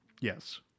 yes